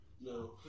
No